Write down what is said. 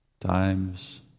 times